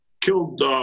killed